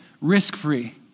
risk-free